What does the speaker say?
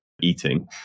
eating